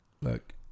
look